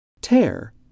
Tear